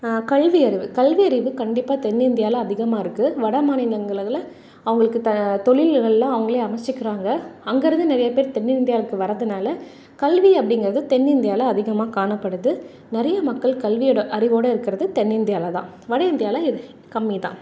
கல்வியறிவு கல்வியறிவு கண்டிப்பாக தென்னிந்தியாவில அதிகமாக இருக்குது வடமாநிலங்களில அவங்களுக்கு த தொழில்கள்லாம் அவங்களே அமைச்சிக்கிறாங்க அங்கேருந்து நிறையா பேர் தென்னிந்தியாவுக்கு வரதுனால் கல்வி அப்படிங்கிறது தென்னிந்தியாவில அதிகமாக காணப்படுறது நிறைய மக்கள் கல்வியோடு அறிவோடு இருக்கிறது தென்னிந்தியாவிலதான் வடஇந்தியாவில கம்மிதான்